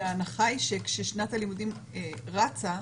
כי ההנחה היא שכשנת הלימודים רצה,